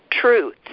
truth